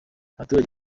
abaturage